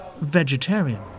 vegetarian